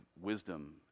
wisdom